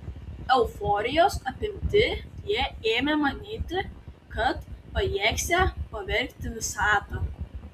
euforijos apimti jie ėmė manyti kad pajėgsią pavergti visatą